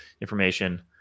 information